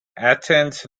athens